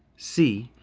c,